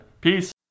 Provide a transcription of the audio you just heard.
Peace